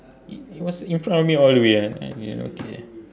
i~ it was in front of me all the way ah I didn't notice eh